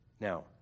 Now